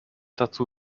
dazu